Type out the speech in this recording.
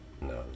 No